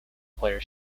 player